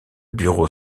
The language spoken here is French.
bureau